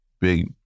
big